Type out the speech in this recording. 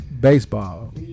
baseball